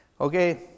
Okay